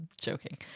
joking